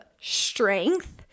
strength